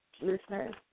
listeners